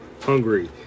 hungry